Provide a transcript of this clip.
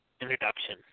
introduction